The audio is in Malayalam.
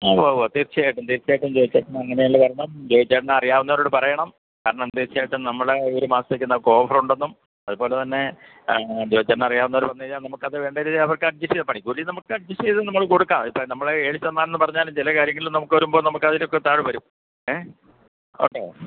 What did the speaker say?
ആ ഉവ്വ ഉവ്വ തീര്ച്ചയായിട്ടും തീര്ച്ചയായിട്ടും ജോയിച്ചേട്ടന് അങ്ങനെ വരണം ജോയിച്ചേട്ടന് അറിയാവുന്നവരോട് പറയണം കാരണം തീര്ച്ചയായിട്ടും നമ്മളെ ഒരു മാസത്തേക്ക് നമുക്ക് ഓഫർ ഉണ്ടെന്നും അതുപോലെതന്നെ ജോയിച്ചേട്ടന് അറിയാവുന്നവരോട് പറഞ്ഞ് കഴിഞ്ഞാൽ നമുക്ക് അത് വേണ്ട രീതിയിൽ അതൊക്കെ അഡ്ജസ്റ്റ് ചെയ്യാം പണിക്കൂലി നമുക്ക് അഡ്ജസ്റ്റ് നമ്മൾ കൊടുക്കാം ഇപ്പം നമ്മൾ ഏഴ് ശതമാനം എന്ന് പറഞ്ഞാലും ചില കാര്യങ്ങളിൽ നമുക്ക് വരുമ്പം നമുക്കതിലൊക്കെ താഴെ വരും ഏ ഓക്കെ